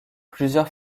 plusieurs